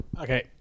Okay